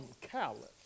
callous